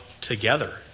together